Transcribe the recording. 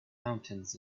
mountains